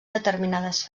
determinades